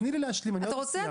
אתה רוצה,